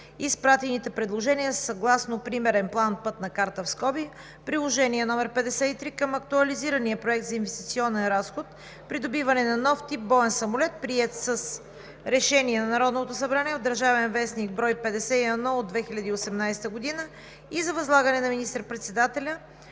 изпратените предложения съгласно Примерен план (Пътна карта) – приложение № 3 към Актуализирания проект за инвестиционен разход „Придобиване на нов тип боен самолет“, приет с решение на Народното събрание (ДВ, бр. 51 от 2018 г.), и за възлагане на министър-председателя